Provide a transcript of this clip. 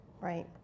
Right